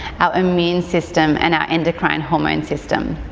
our immune system and our endocrine hormone system.